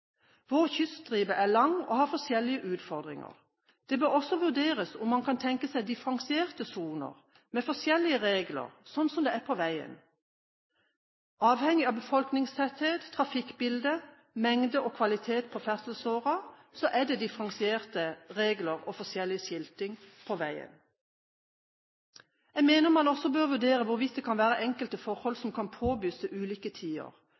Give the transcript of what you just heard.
Vår kyststripe er lang og har forskjellige utfordringer. Det bør også vurderes om man kan tenke seg differensierte soner, med forskjellige regler, slik det er på veien. Avhengig av befolkningstetthet og trafikkbilde – mengde og kvalitet på ferdselsåren – er det differensierte regler og forskjellig skilting på veien. Jeg mener man også bør vurdere hvorvidt det kan være enkelte forhold som kan påbys til ulike